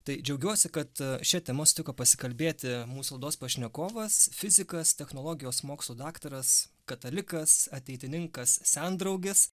tai džiaugiuosi kad šia tema sutiko pasikalbėti mūsų laidos pašnekovas fizikas technologijos mokslų daktaras katalikas ateitininkas sendraugis